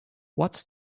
what’s